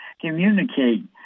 communicate